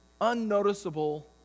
unnoticeable